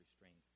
restraint